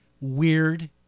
weird